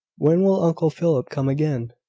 when will uncle philip come again?